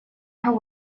her